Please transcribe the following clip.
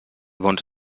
bons